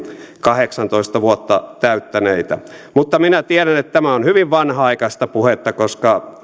kahdeksantoista vuotta täyttäneitä mutta minä tiedän että tämä on hyvin vanhanaikaista puhetta koska